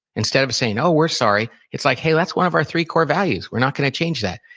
instead of saying, oh, we're sorry. it's like, hey, that's one of our three core values. we're not gonna change that.